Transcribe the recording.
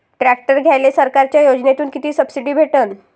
Tractor घ्यायले सरकारच्या योजनेतून किती सबसिडी भेटन?